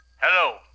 Hello